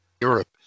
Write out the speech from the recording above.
Europe